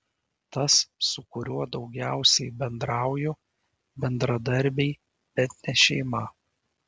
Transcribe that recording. tas su kuriuo daugiausiai bendrauju bendradarbiai bet ne šeima